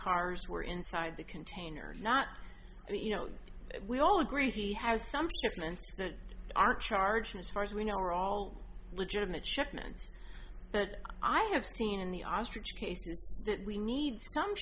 cars were inside the container or not and you know we all agree he has some that are charged as far as we know are all legitimate shipments but i have seen in the ostrich case that we need some